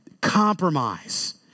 compromise